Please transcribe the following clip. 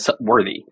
worthy